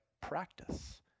Practice